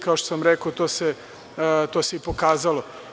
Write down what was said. Kao što sam rekao, to se i pokazalo.